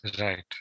Right